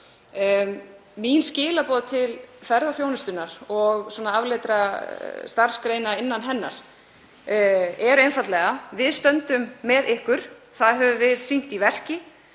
Mín skilaboð til ferðaþjónustunnar og afleiddra starfsgreina innan hennar eru einfaldlega: Við stöndum með ykkur, það höfum við sýnt í verki.